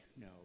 no